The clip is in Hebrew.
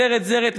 זרד-זרד,